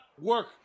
work